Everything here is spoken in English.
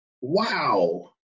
Wow